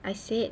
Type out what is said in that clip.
I said